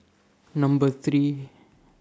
Number three